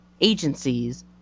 agencies